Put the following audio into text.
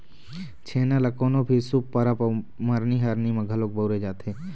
छेना ल कोनो भी शुभ परब अउ मरनी हरनी म घलोक बउरे जाथे